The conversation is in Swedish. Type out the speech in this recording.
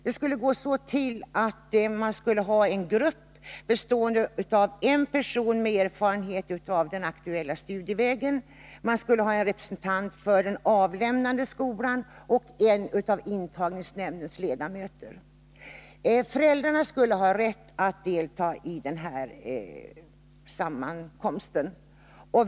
Det skulle gå så till att man skulle ha en grupp bestående av en person med erfarenhet av den aktuella studievägen, en representant för den avlämnande skolan och en av intagningsnämndens ledamöter. Föräldrarna skulle ha rätt att delta i den här sammankomsten.